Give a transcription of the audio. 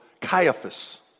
Caiaphas